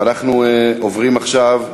אנחנו עוברים עכשיו,